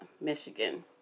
Michigan